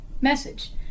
message